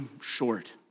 short